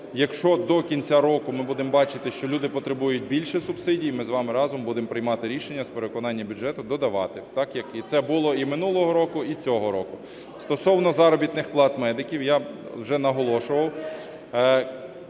якщо до кінця року ми будемо бачити, що люди потребують більше субсидій, ми з вами разом будемо приймати рішення з переконання бюджету додавати. Так як це було і минулого року, і цього року. Стосовно заробітних плат медиків. Я вже наголошував,